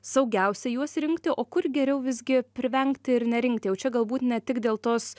saugiausia juos rinkti o kur geriau visgi privengti ir nerinkti jau čia galbūt ne tik dėl tos